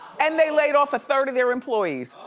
and they laid off a third of their employees.